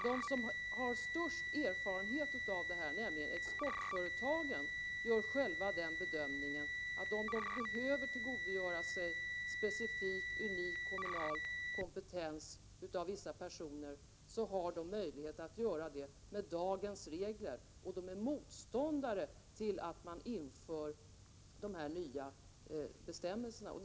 De som har störst erfarenhet av det här, nämligen exportföretagen, gör själva den bedömningen att om de behöver tillgodogöra sig specifik unik kommunal kompetens av vissa personer, har de möjlighet härtill med dagens regler, och de är motståndare till att dessa nya bestämmelser skulle införas.